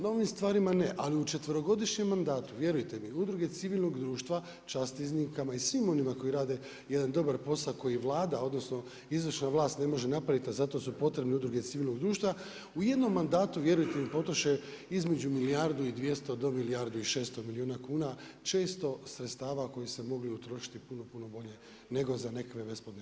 Na ovim stvarima ne, ali u četverogodišnjem mandatu, vjerujte mi udruge civilnog društva, čast iznimkama i svim koji rade jedan dobar posao, koji Vlada, odnosno izvršna vlast ne može napraviti, a zato su potrebne udruge civilnog društva u jednom mandatu vjerujte mi potroše između milijardu i 200 do milijardu i 600 milijuna kuna, često sredstava koji su se mogli utrošiti puno, puno bolje nego za nekakve … projekte.